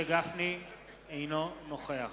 אינו נוכח